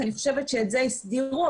כי אני חושבת שאת זה הסדירו,